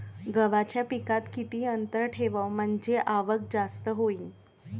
गव्हाच्या पिकात किती अंतर ठेवाव म्हनजे आवक जास्त होईन?